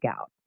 out